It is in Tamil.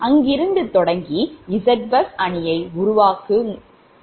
அங்கிருந்து தொடங்கி ZBus அணியை உருவாக்குங்கள்